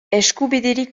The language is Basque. eskubiderik